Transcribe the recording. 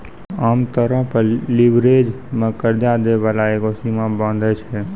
आमतौरो पे लीवरेज मे कर्जा दै बाला एगो सीमा बाँधै छै